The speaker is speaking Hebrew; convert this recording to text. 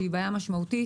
בעיה משמעותית,